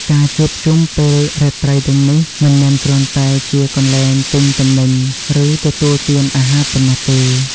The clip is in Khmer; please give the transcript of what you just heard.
ការជួបជុំពេលរាត្រីទាំងនេះ មិនមែនគ្រាន់តែជាកន្លែងទិញទំនិញ ឬទទួលទានអាហារប៉ុណ្ណោះទេ។